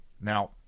Now